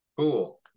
Cool